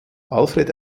alfred